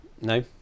No